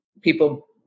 people